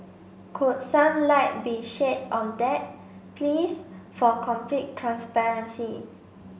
could some light be shed on that please for complete transparency